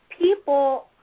people